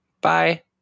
bye